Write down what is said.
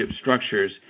structures